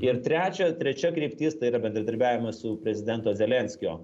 ir trečia trečia kryptis tai yra bendradarbiavimas su prezidento zelenskio